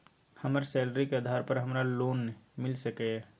हमर सैलरी के आधार पर हमरा लोन मिल सके ये?